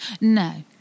No